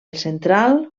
central